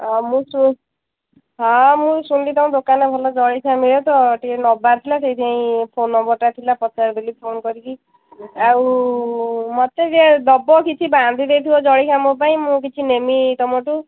ହଁ ମୁଁ ଶୁଣି ହଁ ମୁଁ ଶୁଣିଲି ତୁମ ଦୋକାନରେ ଭଲ ଜଳଖିଆ ମିଳେ ତ ଟିକେ ନବାର ଥିଲା ସେଇଥିପାଇଁ ଫୋନ୍ ନମ୍ବରଟା ଥିଲା ପଚାରିଦେଲି ଫୋନ୍ କରିକି ଆଉ ମୋତେ ଯ ଦେବ କିଛି ବାନ୍ଧି ଦେଇଥିବ ଜଳଖିଆ ମୋ ପାଇଁ ମୁଁ କିଛି ନେମି ତୁମଠୁ